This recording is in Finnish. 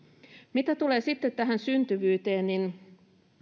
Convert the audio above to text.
mitä tulee sitten tähän syntyvyyteen niin